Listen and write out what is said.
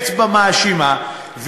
אצבע מאשימה,